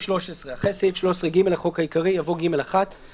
13 4. אחרי סעיף 13(ג) לחוק העיקרי יבוא: "(ג1)הגבלות